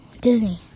Disney